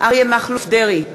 אריה מכלוף דרעי,